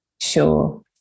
Sure